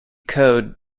code